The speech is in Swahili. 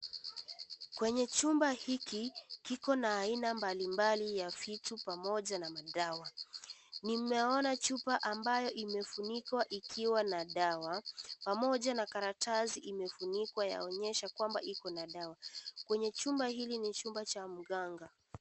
Kwenye chumba hiki kikonna aina mbalimbali ya viatu pamoja na madawa. Nimeona chupa ambayo imefunikwa ikiwa na dawa pamoja na karatasi imefunikwa yaonyesha kwamba iko na dawa. Kwenye chumba hili ni chumba cha mkanga.